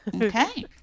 okay